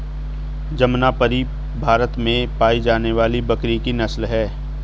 जमनापरी भारत में पाई जाने वाली बकरी की नस्ल है